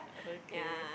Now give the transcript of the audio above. okay